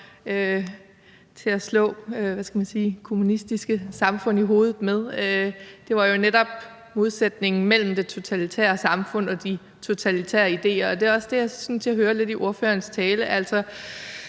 – at slå kommunistiske samfund i hovedet med. Det var netop om modsætninger mellem det totalitære samfund og de demokratiske idéer. Det er også det, jeg synes jeg lidt hører i ordførerens tale.